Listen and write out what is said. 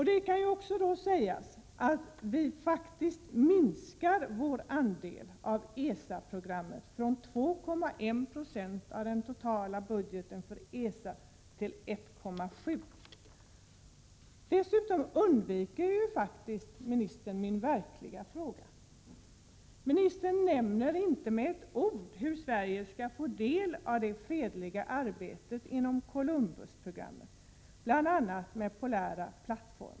Det kan dock sägas att vi faktiskt minskar vår andel av ESA-programmet från 2,1 90 av den totala budgeten för ESA till 1,7 26. Industriministern undviker dessutom min verkliga fråga. Ministern nämner inte med ett ord hur Sverige kan få del av det fredliga arbetet inom Columbusprogrammet, bl.a. med polära plattformar.